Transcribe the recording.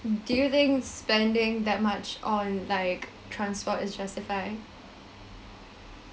do you think spending that much on like transport is justified